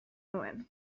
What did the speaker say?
nuen